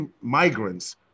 migrants